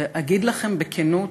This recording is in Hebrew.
אגיד לכם בכנות,